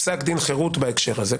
פסק דין חרות בהקשר הזה,